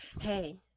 Hey